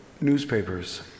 newspapers